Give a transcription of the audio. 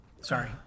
Sorry